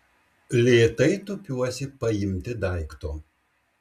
lėtai tūpiuosi paimti daikto